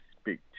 speak